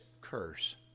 curse